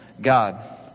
God